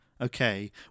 okay